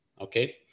okay